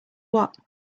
what